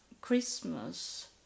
Christmas